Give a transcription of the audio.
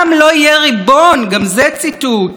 ועוד ציטוט: "הפעם,